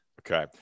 okay